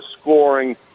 scoring